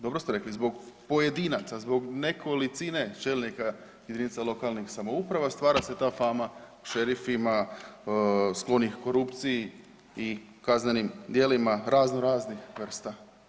Dobro ste rekli zbog pojedinaca, zbog nekolicine čelnika jedinica lokalnih samouprava stvara se ta fama šerifima sklonih korupciji i kaznenim djelima razno raznih vrsta.